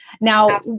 Now